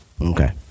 Okay